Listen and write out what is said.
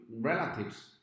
relatives